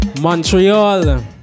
Montreal